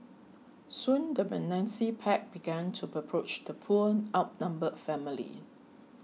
soon the menacing pack began to approach the poor outnumbered family